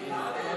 לא.